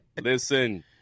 Listen